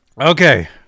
Okay